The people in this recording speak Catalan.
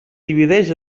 divideix